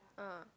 ah